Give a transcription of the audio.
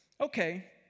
okay